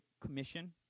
Commission